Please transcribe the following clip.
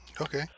Okay